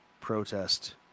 protest